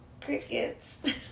Crickets